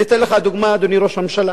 אני אתן לך דוגמה, אדוני ראש הממשלה: